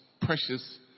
precious